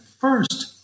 first